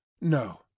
no